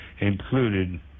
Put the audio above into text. included